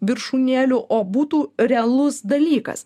viršūnėlių o būtų realus dalykas